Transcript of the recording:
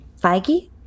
Feige